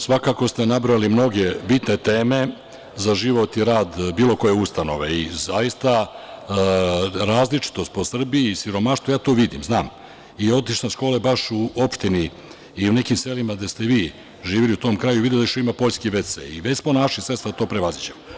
Svakako ste nabrojali mnoge bitne teme za život i rad bilo koje ustanove i zaista različitost po Srbiji i siromaštvo, ja to vidim, znam i obišao sam škole baš u opštini i u nekim selima gde ste vi živeli u tom kraju, video da još ima poljski ve-ce i već smo našli sredstva da to prevaziđemo.